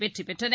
வெற்றிபெற்றன